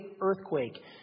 earthquake